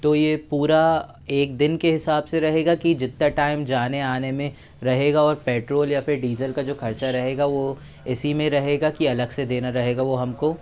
तो ये पूरा एक दिन के हिसाब से रहेगा कि जितना टाइम जाने आने में रहेगा और पेट्रोल या फिर डीज़ल का जो ख़र्च रहेगा वो इसी में रहेगा कि अलग से देना रहेगा वो हम को